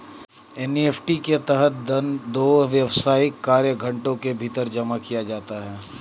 NEFT के तहत धन दो व्यावसायिक कार्य घंटों के भीतर जमा किया जाता है